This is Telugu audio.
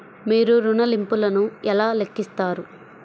మీరు ఋణ ల్లింపులను ఎలా లెక్కిస్తారు?